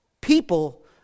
people